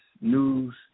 news